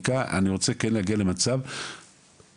תשמעי, אני לא יועץ משפטי וגם לא רוצה להיות.